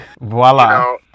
Voila